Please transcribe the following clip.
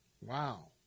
wow